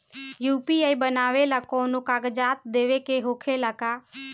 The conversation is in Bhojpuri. यू.पी.आई बनावेला कौनो कागजात देवे के होखेला का?